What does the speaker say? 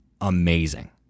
amazing